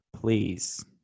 Please